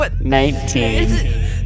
Nineteen